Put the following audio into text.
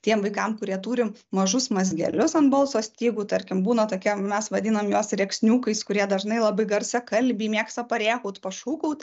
tiem vaikam kurie turi mažus mazgelius ant balso stygų tarkim būna tokie mes vadinam juos rėksniukais kurie dažnai labai garsiakalbiai mėgsta parėkaut pašūkaut